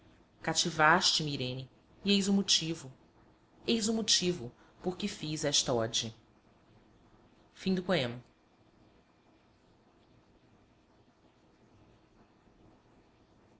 cativaste me irene e eis o motivo eis o motivo porque fiz esta ode